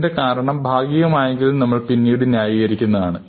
ഇതിന്റെ കാരണം ഭാഗികമായെങ്കിലും പിന്നീട് നമ്മൾ നമ്മൾ ന്യായീകരിക്കുന്നതാണ്